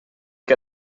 que